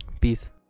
peace